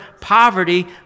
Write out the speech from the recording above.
poverty